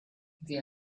the